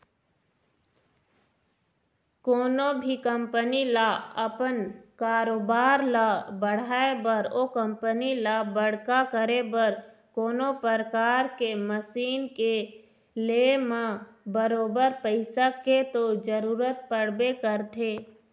कोनो भी कंपनी ल अपन कारोबार ल बढ़ाय बर ओ कंपनी ल बड़का करे बर कोनो परकार के मसीन के ले म बरोबर पइसा के तो जरुरत पड़बे करथे